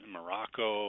Morocco